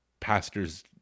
pastors